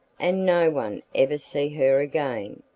and no one ever see her again.